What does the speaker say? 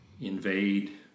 invade